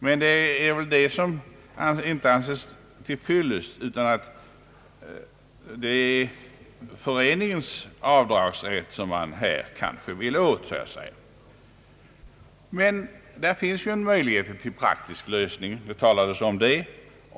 Men detta anses tydligen inte vara till fyllest, utan vad bostadsrättshavarna vill komma åt är föreningens avdragsrätt. Men det finns ju en möjlighet till praktisk lösning, som också nämnts av föregående talare.